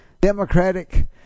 Democratic